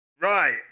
Right